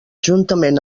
juntament